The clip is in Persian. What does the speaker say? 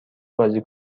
بازی